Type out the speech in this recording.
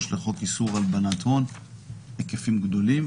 לחוק איסור הלבנת הון בהיקפים גדולים.